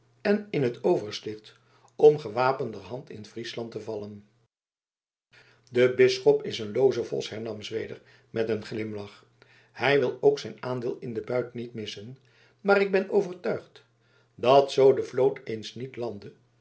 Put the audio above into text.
en in het oversticht om gewapenderhand in friesland te vallen de bisschop is een looze vos hernam zweder met een glimlach hij wil ook zijn aandeel in den buit niet missen maar ik ben overtuigd dat zoo de vloot eens niet landde